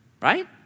Right